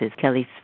Kelly's